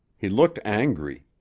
he looked angry.